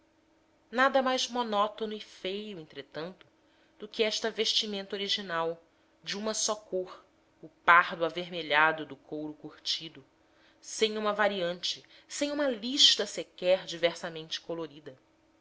nada mais monótono e feio entretanto do que esta vestimenta original de uma só cor o pardo avermelhado do couro curtido sem uma variante sem uma lista sequer diversamente colorida